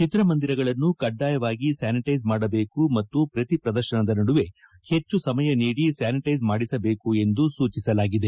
ಚಿತ್ರಮಂದಿರಗಳನ್ನು ಕಡ್ಡಾಯವಾಗಿ ಸ್ವಾನಿಟ್ಟೆಸ್ ಮಾಡಬೇಕು ಮತ್ತು ಪ್ರತಿ ಪ್ರದರ್ಶನದ ನಡುವೆ ಹೆಚ್ಚು ಸಮಯ ನೀಡಿ ಸ್ಥಾನಿಟ್ಟೆಸ್ ಮಾಡಿಸಬೇಕು ಎಂದು ಸೂಚಿಸಲಾಗಿದೆ